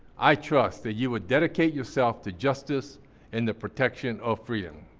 i trust that you would dedicate yourself to justice and the protection of freedom.